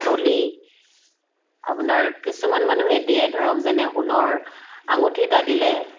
trolley আপোনাৰ কিছুমান মানুহে আপোনাৰ দিয়ে ধৰক সোণৰ আঙুঠি এটা দিলে